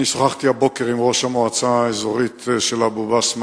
אני שוחחתי הבוקר עם ראש המועצה האזורית אבו-בסמה,